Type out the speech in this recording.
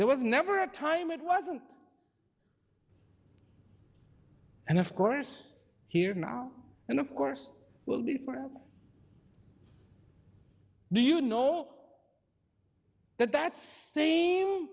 there was never a time it wasn't and of course here now and of course will be for do you know that that's sa